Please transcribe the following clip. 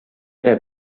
era